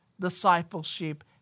discipleship